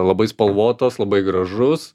labai spalvotas labai gražus